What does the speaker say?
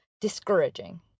discouraging